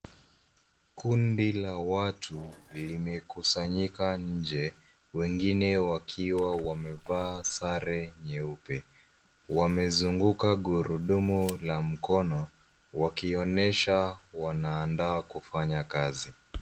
Kundi la watu limekusanyika nje wengine wakiwa wamevaa sare nyeupe. Wamezunguka gurudumu la mkono wakionyesha wanaandaa kufanya kazi.